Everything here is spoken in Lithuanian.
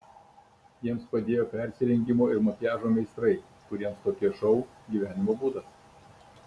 jiems padėjo persirengimo ir makiažo meistrai kuriems tokie šou gyvenimo būdas